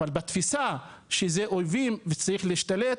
אבל בתפיסה שהם אויבים, וצריך להשתלט,